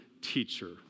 teacher